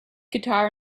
guitar